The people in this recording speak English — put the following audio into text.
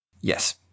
Yes